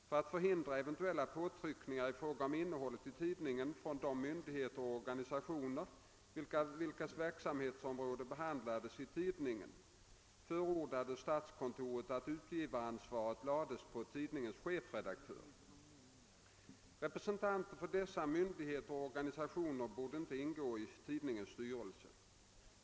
För att förhindra eventuella påtryckningar i fråga om innehållet i tidningen från de myndigheter och organisationer vilkas verksamhetsområden behandlades i tidningen förordade statskontoret, att utgivaransvaret lades på tidningens chefredaktör. Representanter för dessa myndigheter och organisationer borde inte ingå i tidningens styrelse.